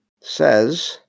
says